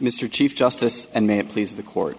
mr chief justice and may it please the court